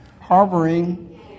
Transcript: Harboring